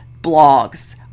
blogs